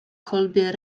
kolbie